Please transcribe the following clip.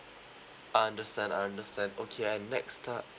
understand understand okay and next step